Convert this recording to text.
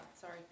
Sorry